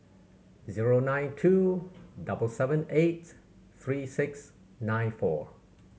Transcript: zero nine two double seven eight three six nine four